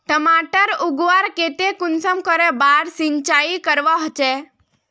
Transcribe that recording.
टमाटर उगवार केते कुंसम करे बार सिंचाई करवा होचए?